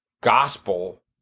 gospel